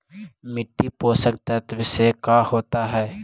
मिट्टी पोषक तत्त्व से का होता है?